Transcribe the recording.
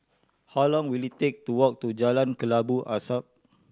how long will it take to walk to Jalan Kelabu Asap